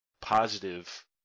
positive